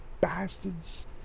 bastards